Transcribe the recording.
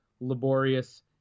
laborious